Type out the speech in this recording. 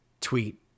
tweet